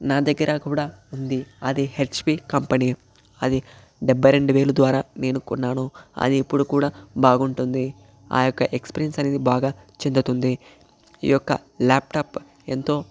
నా దగ్గర కూడా ఉంది అది హెచ్పి కంపెనీ అది డెబ్భై రెండు వేల ద్వారా నేను కొన్నాను అది ఇప్పుడు కూడా బాగుంటుంది ఆ యొక్క ఎక్స్పీరియన్స్ అనేది బాగా చెందుతుంది ఈ యొక్క ల్యాప్టాప్ ఎంతో